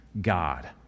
God